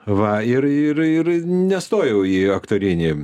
va ir ir ir nestojau į aktorinį